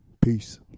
Peace